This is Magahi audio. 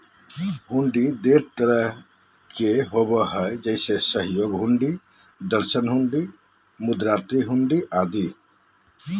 हुंडी ढेर तरह के होबो हय जैसे सहयोग हुंडी, दर्शन हुंडी, मुदात्ती हुंडी आदि